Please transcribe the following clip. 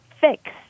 fix